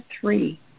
three